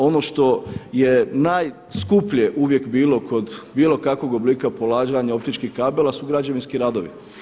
Ono što je najskuplje uvijek bilo kod bilo kakvog oblika polaganja optičkih kabela su građevinski radovi.